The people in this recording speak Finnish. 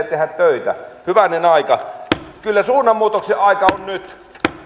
tehdä töitä hyvänen aika kyllä suunnanmuutoksen aika on nyt